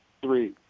three